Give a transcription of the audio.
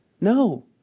No